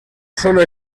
solo